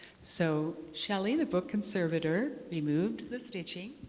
so shelly, the book conservator, we moved the stitching.